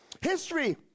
history